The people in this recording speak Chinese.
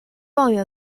状元